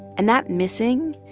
and that missing,